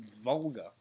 vulgar